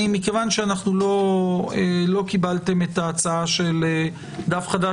לא קיבלתם את ההצעה של דף חדש,